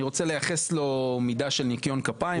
אני רוצה לייחס לו מידה של ניקיון כפיים,